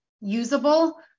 usable